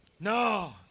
No